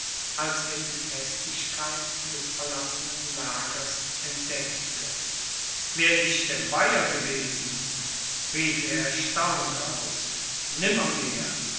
als er die festigkeit des verlassenen lagers entdeckte wär ich der bayer gewesen rief er erstaunt aus